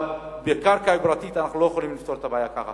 אבל בקרקע פרטית אנחנו לא יכולים לפתור את הבעיה כך.